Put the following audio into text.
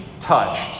touched